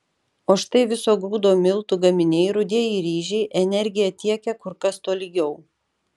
o štai viso grūdo miltų gaminiai rudieji ryžiai energiją tiekia kur kas tolygiau